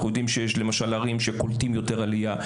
יודעים שיש ערים שקולטות יותר עלייה,